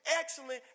excellent